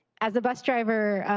as a bus driver,